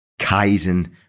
Kaizen